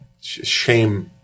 Shame